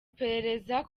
iperereza